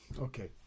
okay